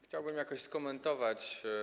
Chciałbym jakoś to skomentować.